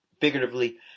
figuratively